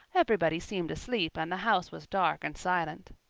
everybody seemed asleep and the house was dark and silent.